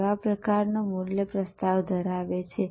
કેવા પ્રકારનું મૂલ્ય પ્રસ્તાવ ધરાવે છે